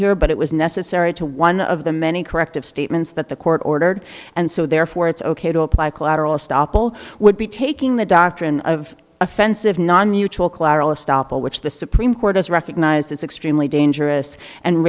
here but it was necessary to one of the many corrective statements that the court ordered and so therefore it's ok to apply collateral estoppel would be taking the doctrine of offensive non neutral collateral estoppel which the supreme court has recognized as extremely dangerous and